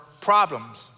problems